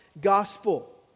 gospel